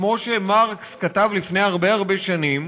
כמו שמרקס כתב לפני הרבה הרבה שנים,